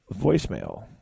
voicemail